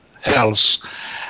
health